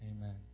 Amen